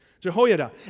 Jehoiada